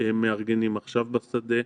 מארגנים עכשיו בשדה,